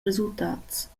resultats